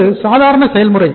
இது சாதாரண செயல்முறை